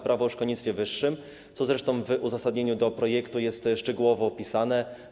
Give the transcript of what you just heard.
Prawo o szkolnictwie wyższym i nauce, co zresztą w uzasadnieniu do projektu jest szczegółowo opisane.